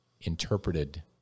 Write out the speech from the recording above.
interpreted